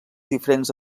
diferents